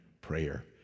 prayer